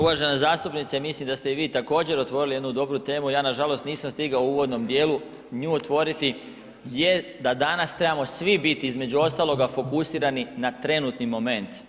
Uvažena zastupnice, mislim da ste i vi također otvorili jednu dobru temu, ja nažalost nisam stigao u uvodnom dijelu nju otvoriti je da danas trebamo svi biti između ostaloga fokusirani na trenutni moment.